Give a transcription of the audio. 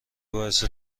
باعث